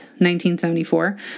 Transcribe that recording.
1974